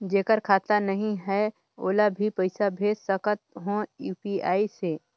जेकर खाता नहीं है ओला भी पइसा भेज सकत हो यू.पी.आई से?